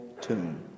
tomb